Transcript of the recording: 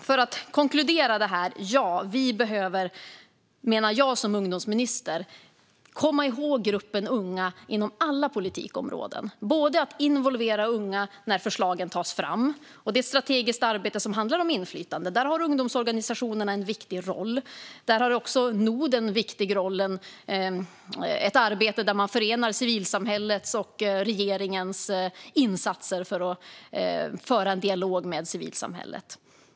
För att konkludera detta: Vi behöver, menar jag som ungdomsminister, komma ihåg gruppen unga inom alla politikområden. Det handlar om att involvera unga när förslagen tas fram. Det är ett strategiskt arbete som handlar om inflytande, och där har ungdomsorganisationerna en viktig roll. Där har också NOD en viktig roll i ett arbete där man förenar civilsamhällets och regeringens insatser för att föra en dialog med civilsamhället.